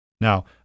Now